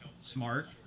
Smart